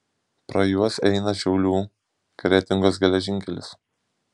pro juos eina šiaulių kretingos geležinkelis